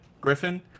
Griffin